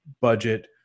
budget